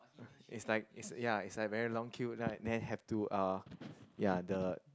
it's like it's ya it's like very long queue right then have to uh ya the